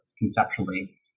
conceptually